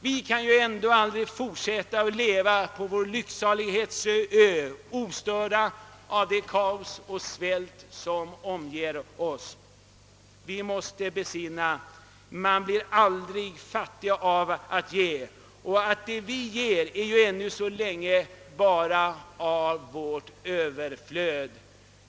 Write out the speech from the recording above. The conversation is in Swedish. Vi kan ju ändå aldrig fortsätta att leva på vår lycksalighetens ö ostörda av det kaos och den svält som omger oss. Vi måste besinna att man aldrig blir fattig av att ge och att det vi ger ännu så länge bara är av vårt överflöd.